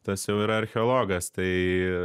tas jau yra archeologas tai